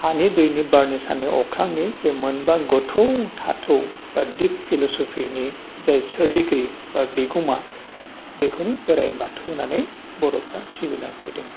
हानि दैनि बारनि साननि अख्रांनि बे मोनबा गोथौ थाथौ बा दिप फिलसफिनि जाय सोरजिगिरि बा बेखौ मा बेखौनो बोराइ बाथौ होन्नानै बर'फोरा सिबिना फैदों